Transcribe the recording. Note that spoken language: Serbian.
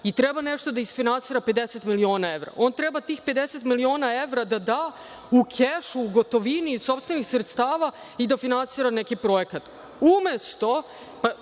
i treba nešto da isfinansira 50 miliona evra, on treba tih 50 miliona evra da u kešu, u gotovini, iz sopstvenih sredstava i da finansira neki projekat. **Maja